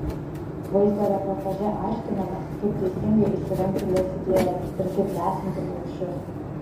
vaizdo reportaže aiškinamės kaip teisingai įsirengti lesyklėlę ir kaip lesinti paukščius